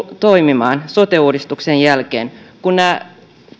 toimimaan sote uudistuksen jälkeen kun nämä